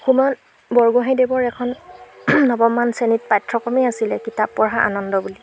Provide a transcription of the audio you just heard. হোমেন বৰগোহাঁঞিদেৱৰ এখন নৱমমান শ্ৰেণীত পাঠ্যক্ৰমেই আছিলে কিতাপ পঢ়া আনন্দ বুলি